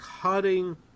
cutting